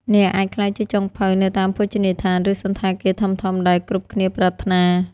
អ្នកអាចក្លាយជាចុងភៅនៅតាមភោជនីយដ្ឋាន ឬសណ្ឋាគារធំៗ ដែលគ្រប់គ្នាប្រាថ្នា។